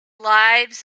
lives